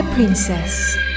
Princess